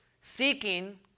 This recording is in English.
seeking